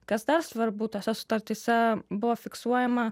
kas dar svarbu tose sutartyse buvo fiksuojama